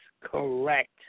correct